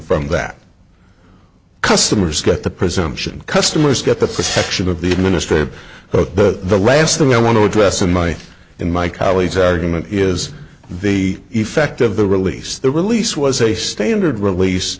from that customers get the presumption customers get the protection of the administrative but the last thing i want to address in my in my colleague's argument is the effect of the release the release was a standard release